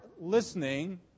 listening